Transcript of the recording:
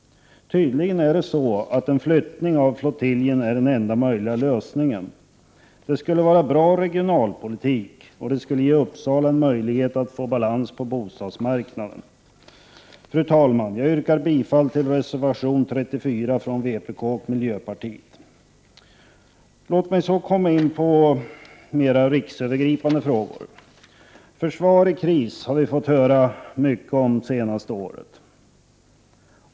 Tydligen är en flyttning av flottiljen den enda möjliga lösningen. Det skulle vara bra regionalpolitik, och det skulle ge Uppsala en möjlighet att få balans på bostadsmarknaden. Fru talman! Jag yrkar bifall till reservation 34 från vpk och miljöpartiet. Låt mig så gå in på mera riksövergripande frågor. Ett försvar i kris har vi fått höra mycket om det senaste året.